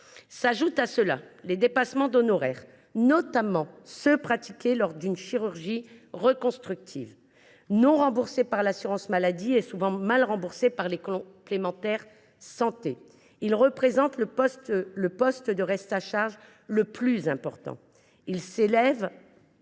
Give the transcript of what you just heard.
s’ajoutent les dépassements d’honoraires, notamment ceux qui sont pratiqués lors d’une chirurgie reconstructrice. Non remboursés par l’assurance maladie et souvent mal remboursés par les complémentaires santé, ils représentent le poste de reste à charge le plus important. Ils s’élèvent